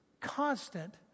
constant